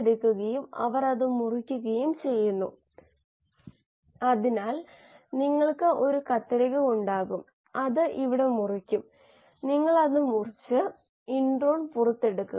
Kla കണ്ടുപിടിക്കുന്നതിലുള്ള ഒരു മികച്ച അറിവ് നൽകുന്ന ഒരു പ്രശ്നവും നാം പരിഹരിച്ചു